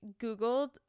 googled